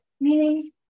meaning